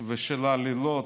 ושל עלילות.